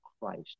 Christ